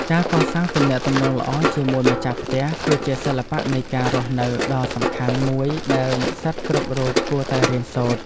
ការកសាងទំនាក់ទំនងល្អជាមួយម្ចាស់ផ្ទះ គឺជាសិល្បៈនៃការរស់នៅដ៏សំខាន់មួយដែលនិស្សិតគ្រប់រូបគួរតែរៀនសូត្រ។